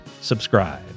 subscribe